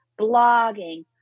blogging